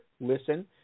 listen